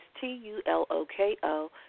T-U-L-O-K-O